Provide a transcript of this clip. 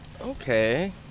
okay